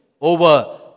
over